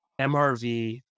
MRV